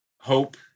hope